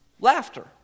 laughter